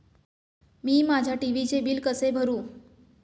मी माझ्या टी.व्ही चे बिल कसे भरू?